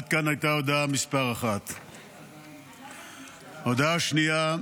עד כאן הייתה הודעה מס' 1. הודעה שנייה.